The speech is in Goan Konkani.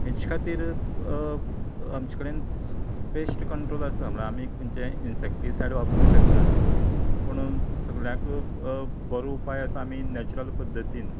हेचे खातीर आमचेकडेन पेस्ट कंट्रोल आसा मण् आमी खंचेय इन्सेक्टीसायड वापरूंक शकतात पूण सगळ्याकून बरो उपाय आसा आमी नेचरल पद्दतीन